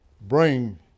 Bring